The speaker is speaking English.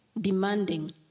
demanding